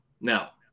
Now